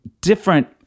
different